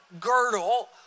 girdle